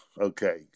okay